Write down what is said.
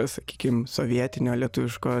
sakykim sovietinio lietuviško